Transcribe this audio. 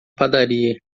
padaria